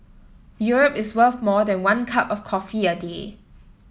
Europe is worth more than one cup of coffee a day